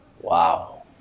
Wow